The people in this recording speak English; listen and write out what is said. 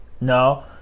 No